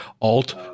alt